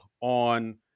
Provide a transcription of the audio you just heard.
on